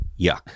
Yuck